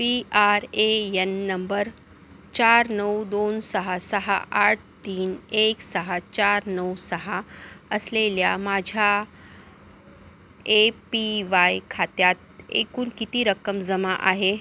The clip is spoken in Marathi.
P R A N number चार नऊ दोन सहा सहा आठ तीन एक सहा चार नऊ सहा असलेल्या माझ्या ए पी वाय खात्यात एकूण किती रक्कम जमा आहे